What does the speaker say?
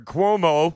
Cuomo